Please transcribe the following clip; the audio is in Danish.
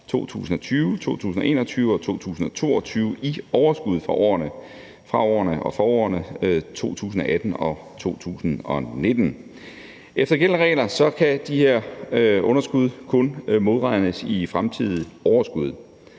2020, 2021 og 2022 i overskud fra årene 2018 og 2019. Efter gældende regler kan de her underskud kun modregnes i fremtidige overskud,